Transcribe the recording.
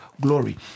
glory